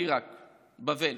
בבל.